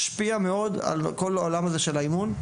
ישפיע מאוד על כל העולם של האימון,